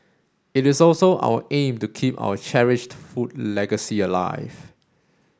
it is also our aim to keep our cherished food legacy alive